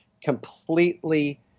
completely